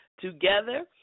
together